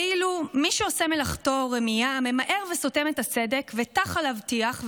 ואילו מי שעושה מלאכתו רמייה ממהר וסותם את הסדק וטח עליו טיח,